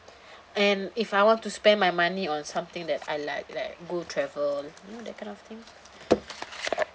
and if I want to spend my money on something that I like like go travel you know that kind of thing